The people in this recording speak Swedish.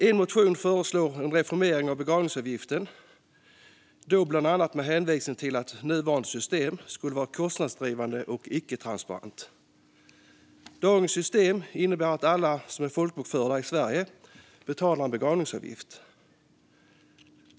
I en motion föreslås en reformering av begravningsavgiften, bland annat med hänvisning till att nuvarande system skulle vara kostnadsdrivande och icke-transparent. Dagens system innebär att alla som är folkbokförda i Sverige betalar en begravningsavgift.